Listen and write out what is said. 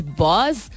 boss